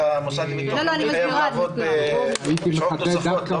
המוסד לביטוח הלאומי חייב לעבוד שעות נוספות.